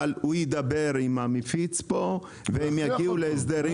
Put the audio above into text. אבל הוא ידבר עם המפיץ פה והם יגיעו להסדרים